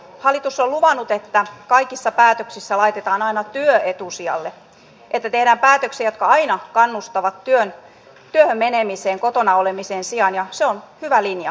hallitus on luvannut että kaikissa päätöksissä laitetaan aina työ etusijalle ja että tehdään päätöksiä jotka aina kannustavat työhön menemiseen kotona olemisen sijaan ja se on hyvä linja